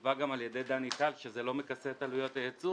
כשנקבע גם על-ידי דני טל שזה לא מכסה את עלויות הייצור